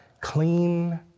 clean